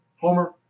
Homer